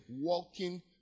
walking